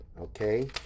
okay